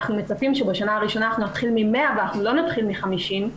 אנחנו מצפים שבשנה הראשונה נתחיל מ-100 ולא נתחיל מ-50,